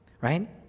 right